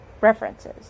references